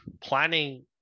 planning